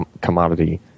commodity